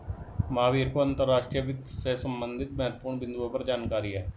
महावीर को अंतर्राष्ट्रीय वित्त से संबंधित महत्वपूर्ण बिन्दुओं पर जानकारी है